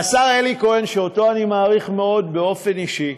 והשר אלי כהן, שאותו אני מעריך מאוד באופן אישי,